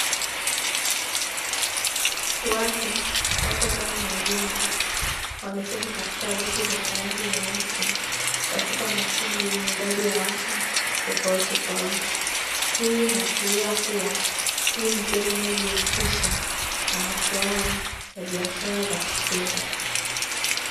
Watu wapo ndani ya jengo wameketi katika viti vyenye rangi nyeusi katika makundi yenye idadi ya watu tofauti tofauti, hii inaashiria kuwa ni sehemu inayojihusisha na masuala ya kifedha.